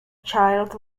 child